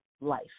life